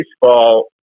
baseball